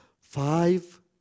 five